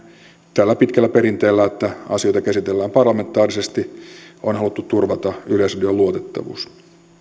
tällä pitkällä perinteellä että asioita käsitellään parlamentaarisesti on haluttu turvata yleisradion luotettavuus